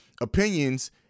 opinions